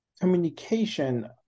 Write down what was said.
communication